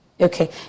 Okay